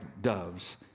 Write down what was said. doves